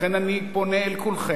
לכן אני פונה אל כולכם,